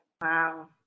Wow